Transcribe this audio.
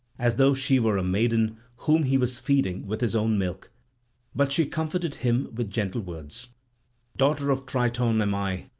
as though she were a maiden whom he was feeding with his own milk but she comforted him with gentle words daughter of triton am i,